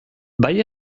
bai